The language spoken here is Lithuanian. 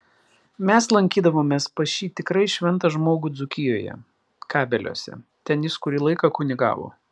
mes lankydavomės pas šį tikrai šventą žmogų dzūkijoje kabeliuose ten jis kurį laiką kunigavo